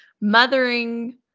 mothering